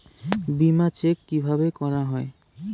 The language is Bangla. বিমা চেক কিভাবে করা হয়?